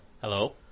Hello